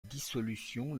dissolution